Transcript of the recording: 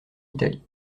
italie